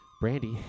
Brandy